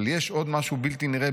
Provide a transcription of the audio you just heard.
אבל יש עוד משהו בלתי נראה,